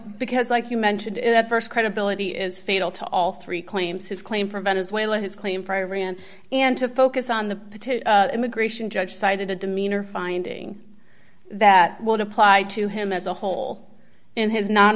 because like you mentioned at st credibility is fatal to all three claims his claim for venezuela his claim prior ran and to focus on the potato immigration judge cited a demeanor finding that would apply to him as a whole and his non